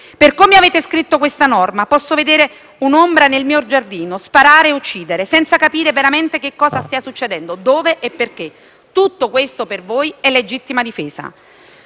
Per come avete scritto questa norma, posso vedere un'ombra nel mio giardino, sparare e uccidere, senza capire veramente cosa stia succedendo, dove e perché. Tutto questo per voi è legittima difesa.